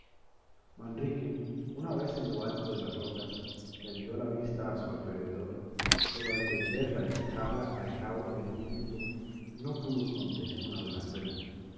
manrique una vez en lo alto de las rocas tendió la vista a su alrededor pero al tenderla y fijarla al cabo en un punto no pudo contener una blasfemia